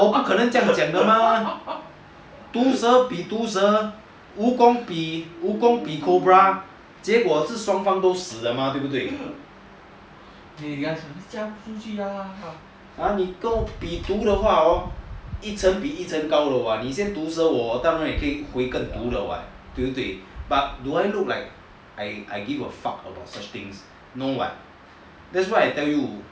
but 我不可能这样讲的 mah 毒蛇比毒蛇蜈蚣比 cobra 结果是双方都死的 mah 对不对你毒的话 hor 一沉比一沉高楼 [what] 你先毒蛇我当然也可以应回更毒的 [what] 对不对 but do I look like I give a fuck about such things no [what] that's why I tell you I also want to win